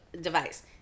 device